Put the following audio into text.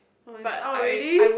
oh it's out already